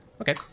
okay